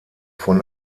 von